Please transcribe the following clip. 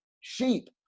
sheep